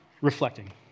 reflecting